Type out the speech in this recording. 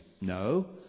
No